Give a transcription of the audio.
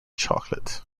chocolate